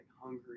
hungry